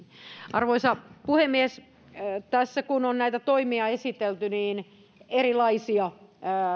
arvoisa puhemies tässä kun on näitä toimia esitelty niin erilaisia